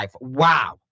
Wow